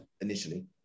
initially